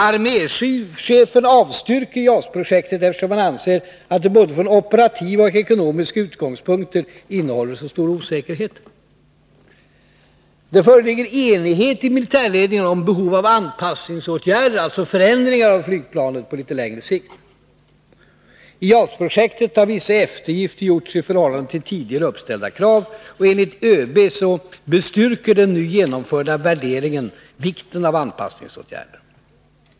Arméchefen avstyrker JAS-projektet, eftersom man anser att det från både operativa och ekonomiska utgångspunkter innehåller så stor osäkerhet. Det föreligger enighet i militärledningen om behov av anpassningsåtgärder, alltså förändringar av flygplanet, på litet längre sikt. I JAS-projektet har vissa eftergifter gjorts i förhållande till tidigare uppställda krav, och enligt ÖB bestyrker den gjorda värderingen vikten av anpassningsåtgärder.